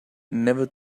never